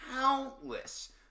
countless